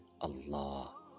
Allah